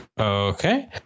Okay